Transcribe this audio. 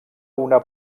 una